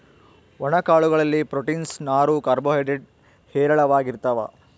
ಒಣ ಕಾಳು ಗಳಲ್ಲಿ ಪ್ರೋಟೀನ್ಸ್, ನಾರು, ಕಾರ್ಬೋ ಹೈಡ್ರೇಡ್ ಹೇರಳವಾಗಿರ್ತಾವ